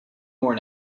more